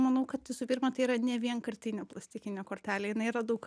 manau kad visų pirma tai yra ne vienkartinė plastikinė kortelė jinai yra daug